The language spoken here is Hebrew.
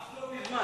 אך לא מזמן.